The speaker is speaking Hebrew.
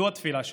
זו התפילה שלי.